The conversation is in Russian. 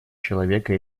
человека